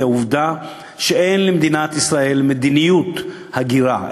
היא העובדה שאין למדינת ישראל מדיניות הגירה,